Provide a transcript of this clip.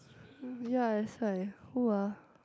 ya that's why who ah